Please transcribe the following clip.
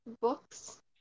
books